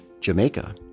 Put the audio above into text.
Jamaica